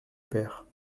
père